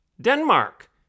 Denmark